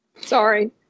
sorry